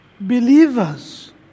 believers